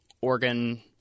organ